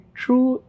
true